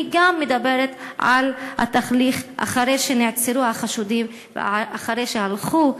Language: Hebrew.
אני מדברת גם על התהליך אחרי שנעצרו החשודים ואחרי שהלכו,